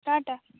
Tata